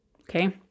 Okay